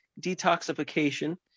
detoxification